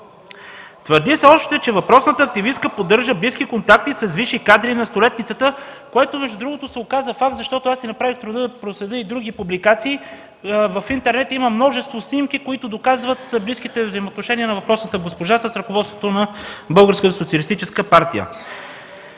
Твърди се още, че въпросната активистка поддържа близки контакти с висши кадри на столетницата, което между другото се оказа факт. Аз си направих труда да проследя и други публикации. В интернет има множество снимки, доказващи близките взаимоотношения на въпросната госпожа с ръководството на БСП.